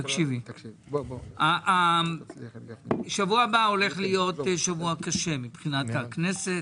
שבוע הבא הולך להיות שבוע קשה מבחינת הכנסת,